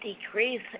Decrease